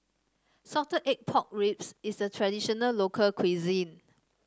Salted Egg Pork Ribs is a traditional local cuisine